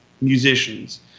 musicians